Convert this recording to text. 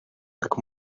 как